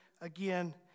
again